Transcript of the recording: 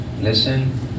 listen